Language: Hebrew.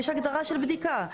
יש הגדרה של בדיקה.